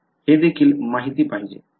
हे देखील माहिती पाहिजे